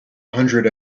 hundred